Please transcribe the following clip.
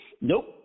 Nope